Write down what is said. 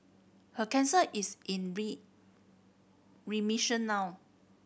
her cancer is in remission now